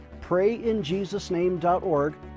PrayInJesusName.org